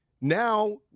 now